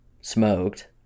smoked